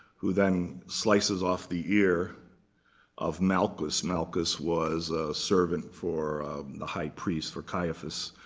who then slices off the ear of malchus. malchus was a servant for the high priest, for caiaphas.